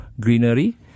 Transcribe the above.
greenery